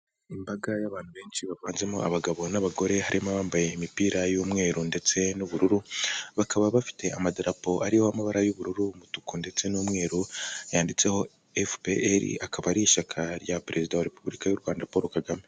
Imbaga y'abantu benshi bavanzemo abagabo n'abagore, harimo abambaye imipira y'umweru ndetse n'ubururu, bakaba bafite amadarapo ariho amabara y'ubururu, umutuku ndetse n'umweru yanditseho fpr, akaba ari ishyaka rya perezida wa repubulika y'u Rwanda Paul Kagame.